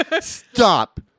Stop